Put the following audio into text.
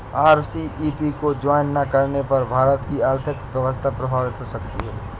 RCEP को join ना करने पर भारत की आर्थिक व्यवस्था प्रभावित हो सकती है